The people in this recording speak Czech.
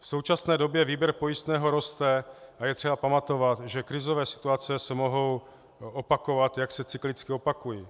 V současné době výběr pojistného roste a je třeba pamatovat, že krizové situace se mohou opakovat, jak se cyklicky opakují.